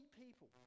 people